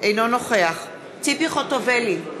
אינו נוכח ציפי חוטובלי,